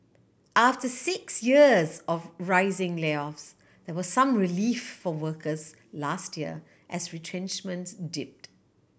after six years of rising layoffs there was some relief for workers last year as retrenchments dipped